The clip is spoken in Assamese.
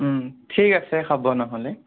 ঠিক আছে হ'ব নহ'লে